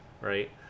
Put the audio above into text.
right